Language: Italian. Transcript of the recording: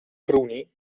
cruni